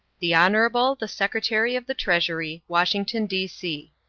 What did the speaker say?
the hon. the secretary of the treasury, washington, d. c.